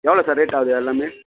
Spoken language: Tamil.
எவ்வளோ சார் ரேட் ஆகுது எல்லாமே